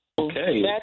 Okay